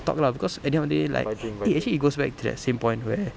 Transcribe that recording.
talk lah because at the end of the day like eh actually it goes back to the same point where